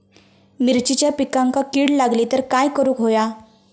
मिरचीच्या पिकांक कीड लागली तर काय करुक होया?